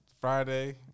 Friday